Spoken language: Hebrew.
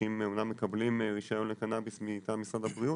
אנשים אומנם מקבלים רישיון לקנאביס מטעם משרד הבריאות,